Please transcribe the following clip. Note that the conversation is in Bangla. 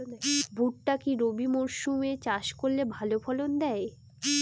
ভুট্টা কি রবি মরসুম এ চাষ করলে ভালো ফলন দেয়?